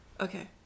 Okay